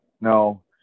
no